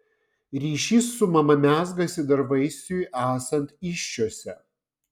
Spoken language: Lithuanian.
ryšys su mama mezgasi dar vaisiui esant įsčiose